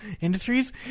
Industries